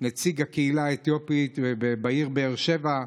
נציג הקהילה האתיופית בעיר באר שבע.